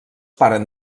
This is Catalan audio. paren